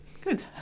Good